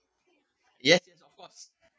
yes yes of course